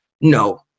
No